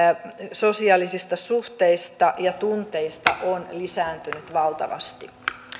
sosiaalisista suhteista ja tunteista on lisääntynyt valtavasti